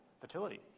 fertility